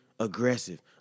Aggressive